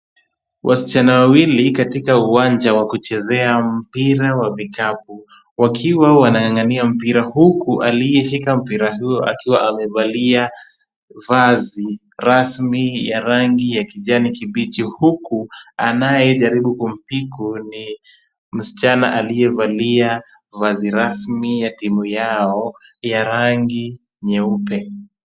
Wasichana wawili katika uwanja wa kuchezea mpira wa vikapu, wakiwa wanang'ang'ania mpira huku aliyeshika mpira huu akiwa amevalia vazi rasmi ya rangi ya kijani kibichi, huku anayejaribu kumpiku ni msichana aliyevalia vazi rasmi ya timu yao ya rangi nyeupe.